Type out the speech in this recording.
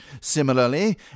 Similarly